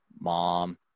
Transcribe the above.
Mom